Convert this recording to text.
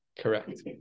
Correct